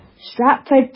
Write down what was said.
stratford